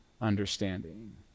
understanding